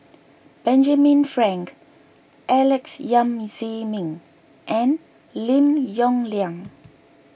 Benjamin Frank Alex Yam Ziming and Lim Yong Liang